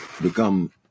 become